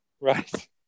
Right